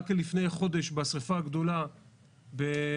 רק לפני חודש, בשריפה הגדולה באזור